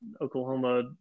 Oklahoma